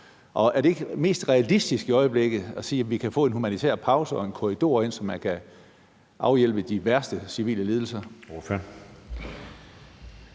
Er det ikke mest realistisk i øjeblikket at sige, at vi kan få en humanitær pause og en korridor ind, så man kan afhjælpe de værste civile lidelser?